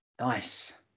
Nice